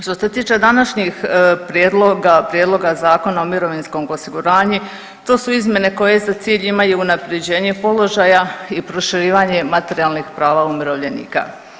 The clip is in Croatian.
Što se tiče današnjih prijedloga Zakona o mirovinskog osiguranje to su izmjene koje za cilj imaju unaprjeđenje položaja i proširivanje materijalnih prava umirovljenika.